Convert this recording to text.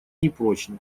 непрочны